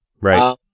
Right